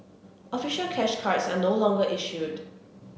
official cash cards are no longer issued